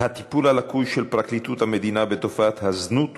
מס' 1399: הטיפול הלקוי של פרקליטות המדינה בתופעת הזנות,